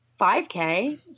5K